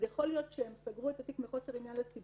יכול להיות שהם סגרו את התיק מחוסר עניין לציבור,